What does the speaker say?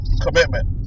commitment